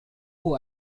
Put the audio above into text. who